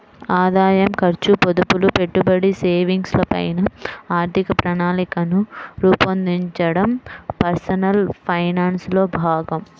ఆదాయం, ఖర్చు, పొదుపులు, పెట్టుబడి, సేవింగ్స్ ల పైన ఆర్థిక ప్రణాళికను రూపొందించడం పర్సనల్ ఫైనాన్స్ లో భాగం